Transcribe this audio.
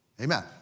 Amen